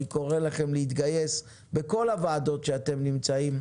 אני קורא לכם להתגייס בכל הוועדות שאתם נמצאים.